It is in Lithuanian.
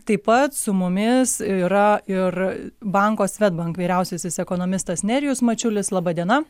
taip pat su mumis yra ir banko swedbank vyriausiasis ekonomistas nerijus mačiulis laba diena